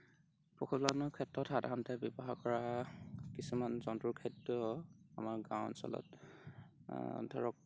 পশুপালনৰ ক্ষেত্ৰত সাধাৰণতে ব্যৱহাৰ কৰা কিছুমান জন্তুৰ খাদ্য আমাৰ গাঁও অঞ্চলত ধৰক